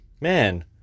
Man